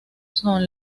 son